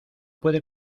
puede